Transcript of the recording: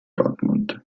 dortmund